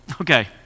Okay